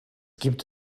gibt